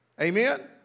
Amen